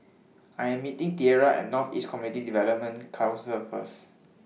I Am meeting Tierra At North East Community Development Council First